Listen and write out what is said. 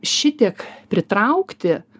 šitiek pritraukti